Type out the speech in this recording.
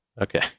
Okay